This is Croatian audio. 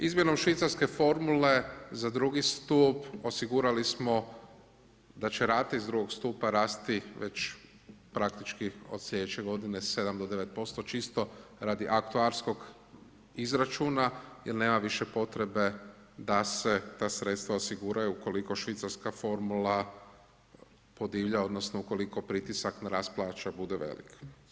Izmjenom švicarske formule za drugi stup osigurali smo da će rate iz drugog stupa rasti već praktički od slijedeće godine 7 do 9%, čisto radi aktuarskog izračuna jel nema više potrebe da se ta sredstva osiguraju ukoliko švicarska formula podivlja odnosno ukoliko pritisak na rast plaća bude velik.